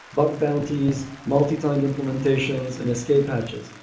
bug bounties, multi-timed implementations and escape hatches.